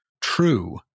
true